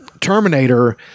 Terminator